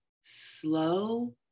slow